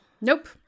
Nope